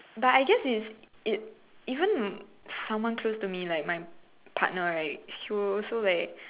but I guess is it even someone close to me like my partner right he will also like